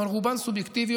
אבל רובן סובייקטיביות,